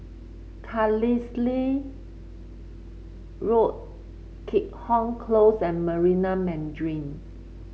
Carlisle Road Keat Hong Close and Marina Mandarin